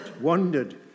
wondered